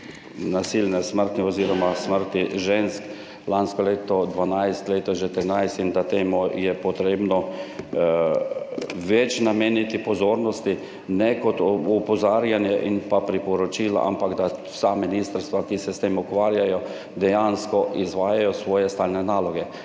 nasilne smrti oziroma smrti žensk, lansko leto jih je bilo 12, letos že 13. Temu je treba nameniti več pozornosti, ne kot opozarjanje in priporočila, ampak da vsa ministrstva, ki se s tem ukvarjajo, dejansko izvajajo svoje stalne naloge.